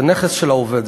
זה נכס של העובד,